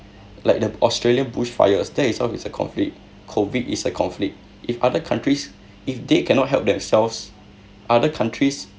like the australian bush fires that itself is a conflict COVID is a conflict if other countries if they cannot help themselves other countries